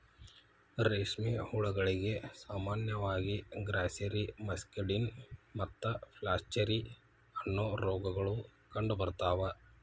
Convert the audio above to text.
ರೇಷ್ಮೆ ಹುಳಗಳಿಗೆ ಸಾಮಾನ್ಯವಾಗಿ ಗ್ರಾಸ್ಸೆರಿ, ಮಸ್ಕಡಿನ್ ಮತ್ತು ಫ್ಲಾಚೆರಿ, ಅನ್ನೋ ರೋಗಗಳು ಕಂಡುಬರ್ತಾವ